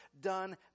done